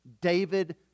David